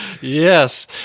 Yes